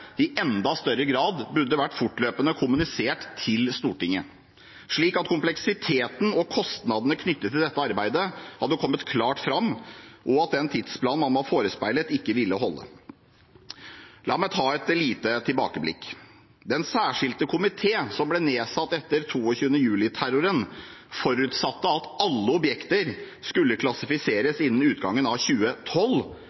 i enda større grad burde vært fortløpende kommunisert til Stortinget, slik at kompleksiteten og kostnadene knyttet til dette arbeidet – og at den tidsplanen man var forespeilet, ikke ville holde – hadde kommet klart fram. La meg ta et lite tilbakeblikk: Den særskilte komité, som ble nedsatt etter 22. juli-terroren, forutsatte at alle objekter skulle